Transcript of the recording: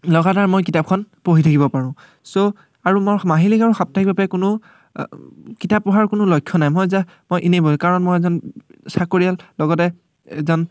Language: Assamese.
লগাধাৰ মই কিতাপখন পঢ়ি থাকিব পাৰোঁ চ' আৰু মই মাহিলী আৰু সপ্তাহিকভাৱে কোনো কিতাপ পঢ়াৰ কোনো লক্ষ্য নাই মই জা মই এনেই পঢ়োঁ কাৰণ মই এজন চাকৰিয়াল লগতে এজন